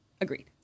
agreed